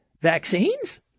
vaccines